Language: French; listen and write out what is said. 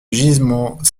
gisements